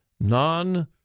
non